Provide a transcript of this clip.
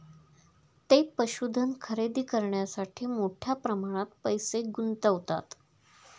ते पशुधन खरेदी करण्यासाठी मोठ्या प्रमाणात पैसे गुंतवतात